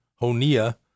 Honea